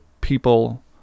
people